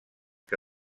que